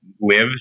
lives